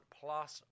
plus